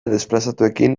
desplazatuekin